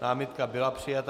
Námitka byla přijata.